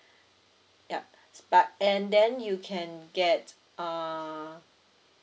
yup but and then you can get uh